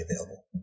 available